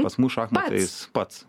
pas mus šachmatais pats